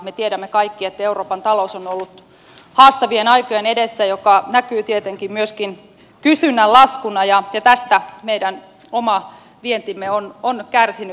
me tiedämme kaikki että euroopan talous on ollut haastavien aikojen edessä mikä näkyy tietenkin myöskin kysynnän laskuna ja tästä meidän oma vientimme on kärsinyt